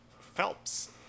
phelps